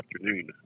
afternoon